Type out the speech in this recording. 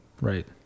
right